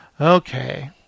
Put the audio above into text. okay